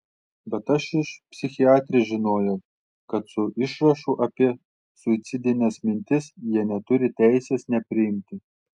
bet aš iš psichiatrės žinojau kad su išrašu apie suicidines mintis jie neturi teisės nepriimti